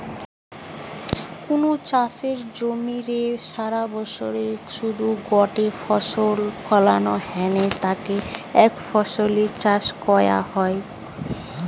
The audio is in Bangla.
কুনু চাষের জমিরে সারাবছরে শুধু গটে ফসল ফলানা হ্যানে তাকে একফসলি চাষ কয়া হয়